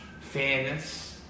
fairness